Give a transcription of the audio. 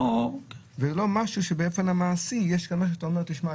פה ----- ולא משהו שבאופן המעשי יש כאן מה שאתה אומר: תשמע,